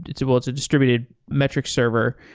it's a but it's a distributed metrics server,